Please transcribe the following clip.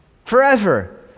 Forever